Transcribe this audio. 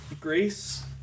Grace